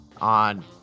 on